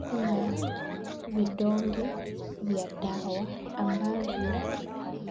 Kuna vidonge vya dawa ambavyo